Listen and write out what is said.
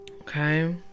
Okay